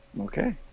Okay